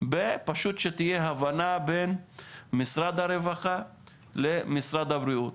פשוט שתהיה הבנה בין משרד הרווחה למשרד הבריאות.